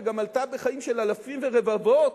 וגם עלתה בחיים של אלפים ורבבות